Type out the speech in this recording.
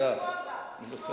אז בשבוע הבא.